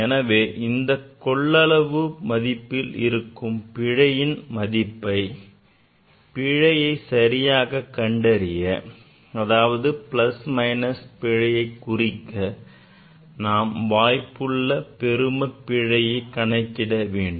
எனவே இந்த கொள்ளளவு மதிப்பில் இருக்கும் பிழையின் மதிப்பை பிழையை சரியாகக் கண்டறிய அதாவது plus or minus பிழையை குறிக்க நாம் வாய்ப்புள்ள பெரும பிழையை கணக்கிட வேண்டும்